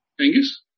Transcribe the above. Angus